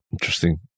Interesting